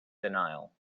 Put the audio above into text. denial